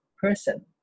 person